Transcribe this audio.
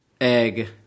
egg